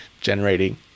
generating